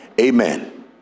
Amen